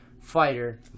fighter